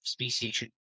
speciation